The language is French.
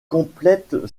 complète